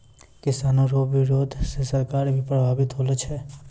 किसानो रो बिरोध से सरकार भी प्रभावित होलो छै